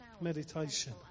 Meditation